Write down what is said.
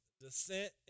descent